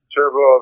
Turbo